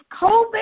COVID